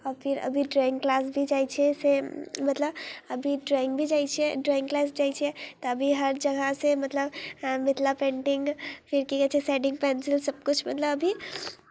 फेर अभी drawing class भी जाइ छियै से मतलब अभी ड्रॉइंग भी जाइ छियै ड्रॉइंग क्लास जाइ छियै तऽ अभी हर जगहसँ मतलब मिथिला पेंटिंग फेर की कहैत छै शेडिंग पेंसिल सभकिछु मतलब अभी